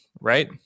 right